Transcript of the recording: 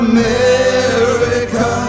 America